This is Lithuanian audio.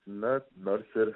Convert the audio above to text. na nors ir